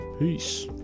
Peace